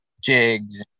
jigs